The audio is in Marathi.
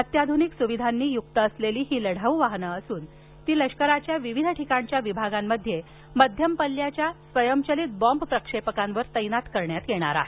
अत्याधुनिक सुविधांनी युक्त असलेली ही लढाऊ वाहन असून ती लष्कराच्या विविध ठिकाणच्या विभागांमध्ये मध्यम पल्ल्याच्या स्वयंचलित बॉम्ब प्रक्षेपकांवर तैनात करण्यात येणार आहे